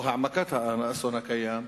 או העמקת האסון הקיים,